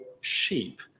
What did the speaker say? sheep